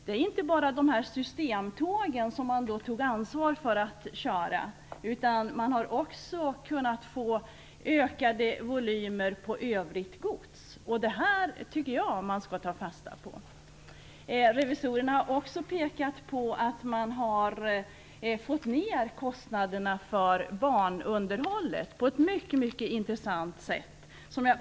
Det gäller inte bara systemtågen som man tog ansvar för att köra, utan man har också kunnat få ökade volymer på övrigt gods. Det tycker jag att man skall ta fasta på. Revisorerna har också pekat på att man har fått ned kostnaderna för banunderhållet på ett mycket intressant sätt.